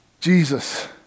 Jesus